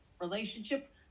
relationship